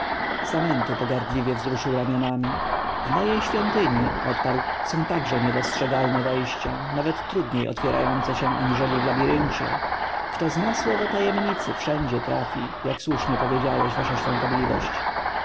samentu pogardliwie wzruszył ramionami w mojej świątyni odparł są także niedostrzegalne wejścia nawet trudniej otwierające się aniżeli w labiryncie kto zna słowo tajemnicy wszędzie trafi jak słusznie powiedziałeś wasza świątobliwość